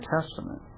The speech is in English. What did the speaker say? Testament